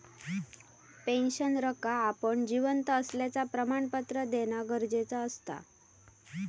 पेंशनरका आपण जिवंत असल्याचा प्रमाणपत्र देना गरजेचा असता